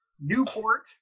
Newport